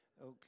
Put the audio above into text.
Okay